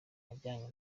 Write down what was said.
yazanye